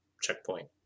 checkpoint